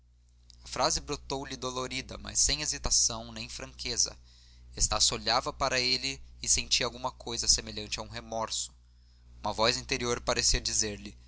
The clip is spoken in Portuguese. frase brotou lhe dolorida mas sem hesitação nem fraqueza estácio olhava para ele e sentia alguma coisa semelhante a um remorso uma voz interior parecia dizer-lhe